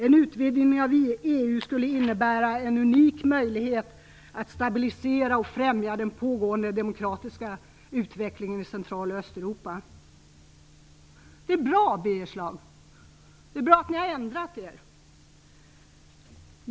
En utvidgning av EU skulle innebära en unik möjlighet att stabilisera och främja den pågående demokratiska utvecklingen i Central och Östeuropa." Det är bra, Birger Schlaug! Det är bra att ni har ändrat er.